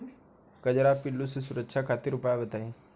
कजरा पिल्लू से सुरक्षा खातिर उपाय बताई?